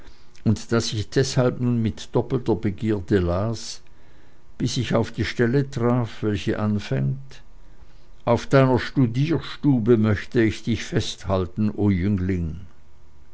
und das ich deshalb nun mit doppelter begierde las bis ich auf die stelle traf welche anfängt auf deiner studierstube möchte ich dich festhalten o